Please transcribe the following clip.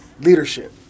leadership